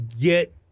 get